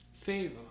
favor